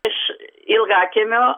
iš ilgakiemio